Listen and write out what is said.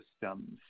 systems